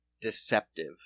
deceptive